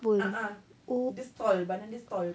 a'ah this tall badan dia tall